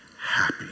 happy